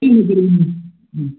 சரிங்க சரிங்க ம்